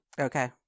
Okay